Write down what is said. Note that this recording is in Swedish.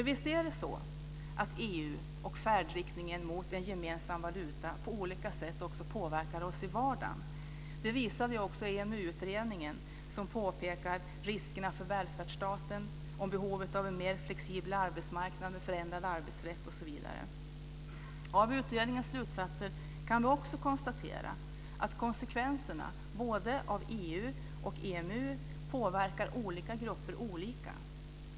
Visst är det så att EU och färdriktningen mot en gemensam valuta på olika sätt påverkar oss i vardagen. Det visar också EMU-utredningen, som påpekar riskerna för välfärdsstaten och behovet av en mer flexibel arbetsmarknad med förändrad arbetsrätt osv. Med utgångspunkt i utredningens slutsatser kan vi också konstatera att konsekvenserna av EU och EMU blir olika för olika grupper.